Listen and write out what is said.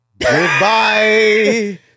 Goodbye